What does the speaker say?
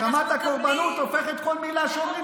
רמת הקורבנות הופכת כל מילה שאומרים,